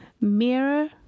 Mirror